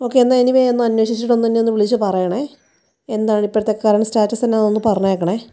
okay എന്നാൽ anyway ഒന്ന് അന്വേഷിച്ചിട്ട് ഒന്ന് എന്നെ ഒന്ന് വിളിച്ച് പറയണേ എന്താണ് ഇപ്പോഴത്തെ കറൻറ്റ് സ്റ്റാറ്റസ് എന്താണെന്ന് ഒന്ന് പറഞ്ഞേക്കണേ